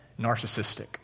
narcissistic